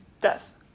death